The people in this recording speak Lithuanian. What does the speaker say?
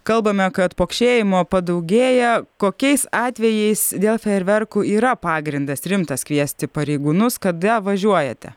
kalbame kad pokšėjimo padaugėja kokiais atvejais dėl fejerverkų yra pagrindas rimtas kviesti pareigūnus kada važiuojate